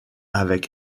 avec